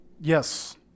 Yes